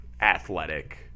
athletic